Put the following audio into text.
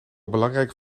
belangrijke